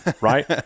right